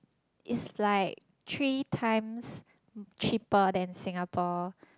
it's like three times cheaper than Singapore